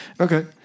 Okay